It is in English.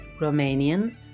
Romanian